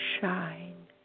shine